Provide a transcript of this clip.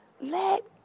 Let